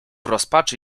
rozpaczy